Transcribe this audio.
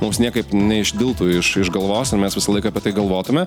mums niekaip neišdiltų iš iš galvos o mes visą laiką apie tai galvotume